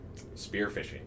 spearfishing